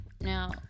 now